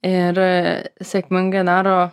ir sėkmingai daro